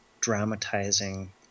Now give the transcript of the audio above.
dramatizing